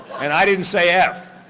and i didn't say f,